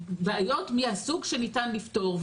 אלו בעיות מהסוג שניתן לפתור.